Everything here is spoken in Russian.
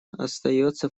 остается